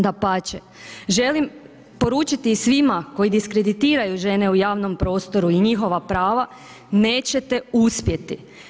Dapače, želim poručiti, svima, koji diskreditiraju žene u javnom prostoru i njihova prava, nećete uspjeti.